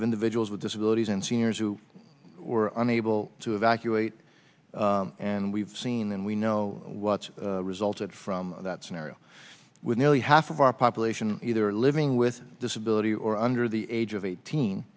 of individuals with disabilities and seniors who were unable to evacuate and we've seen and we know what's resulted from that scenario with nearly half of our population living with disability or under the age of eighteen